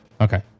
Okay